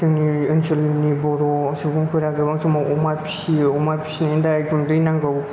जोंनि ओनसोलनि बर' सुबुंफोरा गोबाव समाव अमा फियो अमा फिनायनि दा गुन्दै नांगौ